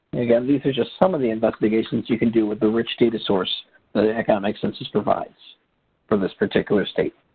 and again, these are just some of the investigations you can do with the rich data source that an economic census provides for this particular state.